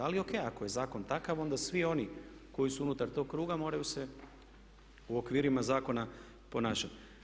Ali ok ako je zakon takav onda svi oni koji su unutar tog kruga moraju se u okvirima zakona ponašati.